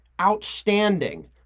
outstanding